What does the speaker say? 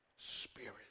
Spirit